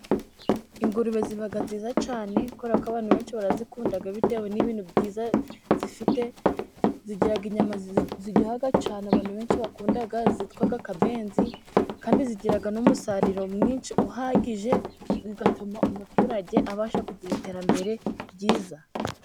Ingurube ziba nziza cyane, kubera ko abantu benshi barazikunda bitewe n'ibintu byiza zifite, zigira inyama ziryoha cyane abantu benshi bakunda zitwa akabenzi, kandi zigira n'umusaruro mwinshi uhagije, bigatuma umuturage abasha kugira iterambere ryiza.